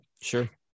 sure